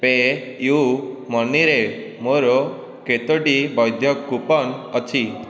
pay' ୟୁ ମନିରେ ମୋର କେତୋଟି ବୈଧ କୁପନ ଅଛି